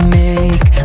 make